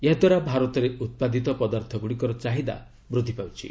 ଏହା ଦ୍ୱାରା ଭାରତରେ ଉତ୍ପାଦିତ ପଦାର୍ଥଗୁଡ଼ିକର ଚାହିଦା ବୃଦ୍ଧି ପାଉଛି